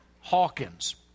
Hawkins